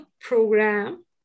program